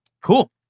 Cool